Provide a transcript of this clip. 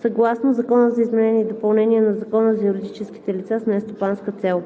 съгласно Закона за изменение и допълнение на Закона за юридическите лица с нестопанска цел.